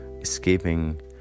escaping